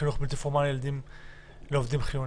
החינוך הבלתי פורמלי לילדים לעובדים חיוניים.